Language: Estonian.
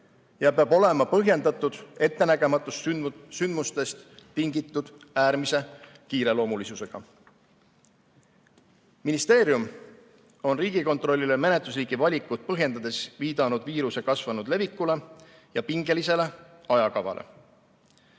ja peab olema põhjendatud ettenägematutest sündmustest tingitud äärmise kiireloomulisusega. Ministeerium on Riigikontrollile menetlusliigi valikut põhjendades viidanud viiruse kasvanud levikule ja pingelisele ajakavale.